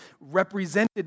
represented